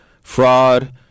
fraud